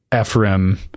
Ephraim